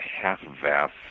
half-vast